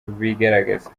bigaragaza